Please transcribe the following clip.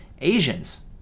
Asians